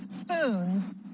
spoons